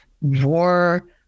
war